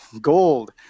gold